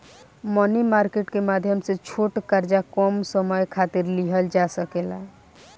मनी market के माध्यम से छोट कर्जा कम समय खातिर लिहल जा सकेला